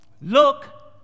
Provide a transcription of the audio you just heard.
Look